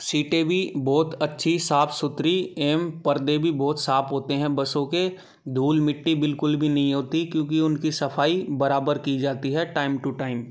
सीटें भी बहुत अच्छी साफ़ सुथरी एवं पर्दे भी बहुत साफ़ होते हैं बसों के धूल मिट्टी बिल्कुल भी नहीं होती क्योंकि उनकी सफ़ाई बराबर की जाती है टाइम टू टाइम